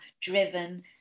driven